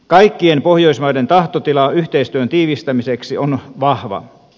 kaikkien pohjoismaiden tahtotila yhteistyön tiivistämiseksi on vahva